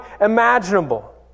imaginable